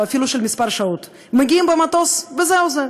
אפילו של כמה שעות: מגיעים במטוס וזהו זה,